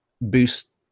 boost